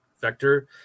vector